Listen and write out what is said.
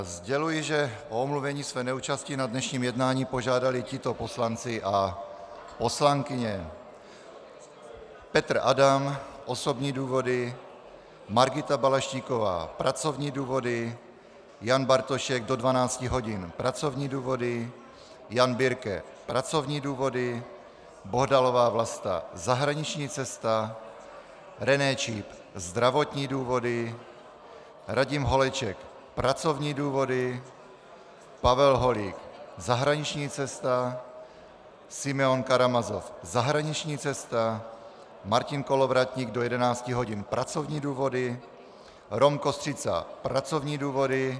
Sděluji, že o omluvení své neúčasti na dnešním jednání požádali tito poslanci a poslankyně: Petr Adam osobní důvody, Margita Balaštíková pracovní důvody, Jan Bartošek do 12 hodin pracovní důvody, Jan Birke pracovní důvody, Bohdalová Vlasta zahraniční cesta, René Číp zdravotní důvody, Radim Holeček pracovní důvody, Pavel Holík zahraniční cesta, Simeon Karamazov zahraniční cesta, Martin Kolovratník do 11 hodin pracovní důvody, Rom Kostřica pracovní důvody...